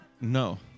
no